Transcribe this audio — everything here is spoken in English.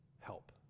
help